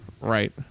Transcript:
Right